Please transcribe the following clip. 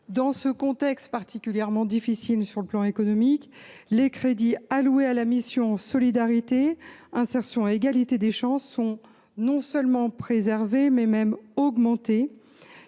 Dans ce contexte particulièrement difficile sur le plan économique, les crédits alloués à la mission « Solidarité, insertion et égalité des chances » sont non seulement préservés, mais connaissent